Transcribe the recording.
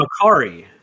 Macari